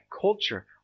culture